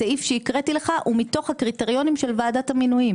הסעיף שהקראתי לך הוא מתוך הקריטריונים של ועדת המינויים.